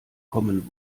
commen